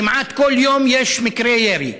כמעט כל יום יש מקרה ירי.